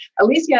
Alicia